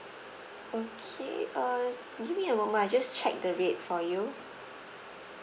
okay uh give me a moment I'll just check the rate for you